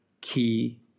key